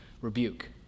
rebuke